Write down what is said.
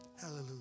Hallelujah